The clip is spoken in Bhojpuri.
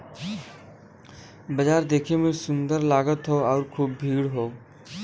बाजार देखे में सुंदर लगत हौ आउर खूब भीड़ हौ